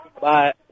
Bye